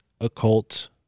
occult